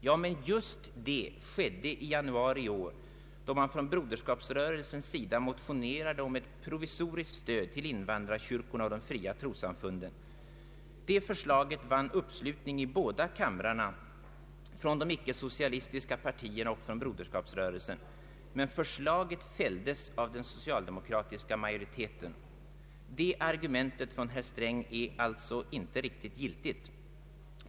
Ja, men just detta skedde i januari i år, då man från Broderskapsrörelsens sida motionerade om ett provisoriskt stöd till invandrarkyrkorna och de fria trossamfunden. Detta förslag vann uppslutning i båda kamrarna från de icke-socialistiska partierna och från Broderskapsrörelsen. Men förslaget fälldes av den socialdemokratiska majoriteten. Det argumentet från herr Sträng är alltså inte riktigt giltigt.